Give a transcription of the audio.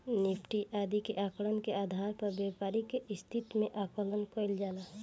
Nifty आदि के आंकड़न के आधार पर व्यापारि के स्थिति के आकलन कईल जाला